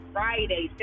Friday